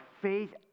faith